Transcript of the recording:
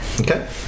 Okay